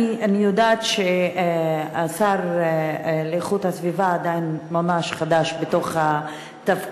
אני יודעת שהשר להגנת הסביבה עדיין ממש חדש בתפקיד,